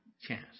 chance